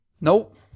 nope